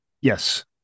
yes